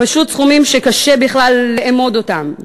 פשוט סכומים שקשה בכלל לאמוד אותם.